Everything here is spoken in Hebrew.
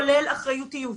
כולל אחריותיות,